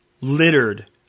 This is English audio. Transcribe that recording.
littered